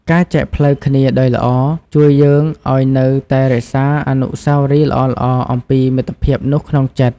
ការចែកផ្លូវគ្នាដោយល្អ ជួយយើងឱ្យនៅតែរក្សាអនុស្សាវរីយ៍ល្អៗអំពីមិត្តភាពនោះក្នុងចិត្ត។